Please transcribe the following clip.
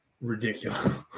ridiculous